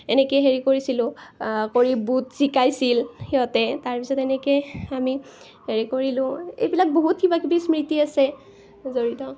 এনেকৈ হেৰি কৰিছিলোঁ কৰি বুট জিকাইছিল সিহঁতে তাৰ পিছত এনেকৈ আমি হেৰি কৰিলোঁ এইবিলাক বহুত কিবা কিবি স্মৃতি আছে জড়িত